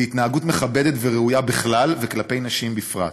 להתנהגות מכבדת וראויה בכלל, וכלפי נשים בפרט: